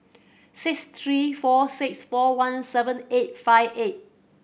six three four six four one seven eight five eight